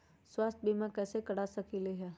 स्वाथ्य बीमा कैसे करा सकीले है?